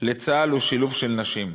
לצה"ל היא שילוב של נשים,